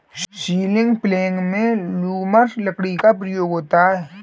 ceiling प्लेग में lumber लकड़ी का प्रयोग होता है